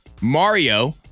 Mario